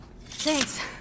Thanks